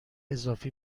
اضافی